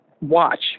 watch